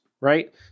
right